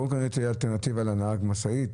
הקורקינט היא אלטנרנטיבה לנהג משאית,